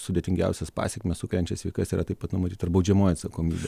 sudėtingiausias pasekmes sukeliančias veikas yra taip pat numatyta ir baudžiamoji atsakomybė